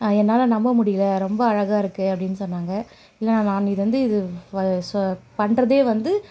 என்னால் நம்ம முடியலை ரொம்ப அழகாக இருக்குது அப்படின்னு சொன்னாங்க இல்லைண்ணா நான் இது வந்து பண்ணுறதே வந்து